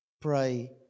pray